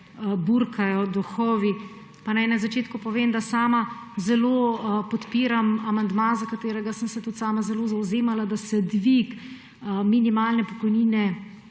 burijo duhovi. Pa naj na začetku povem, da sama zelo podpiram amandma, za katerega sem se tudi sama zelo zavzemala, da se dvig zagotovljene pokojnine